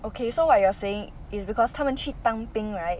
okay so what you are saying is because 他们去当兵 right